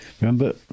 Remember